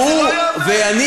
ואני,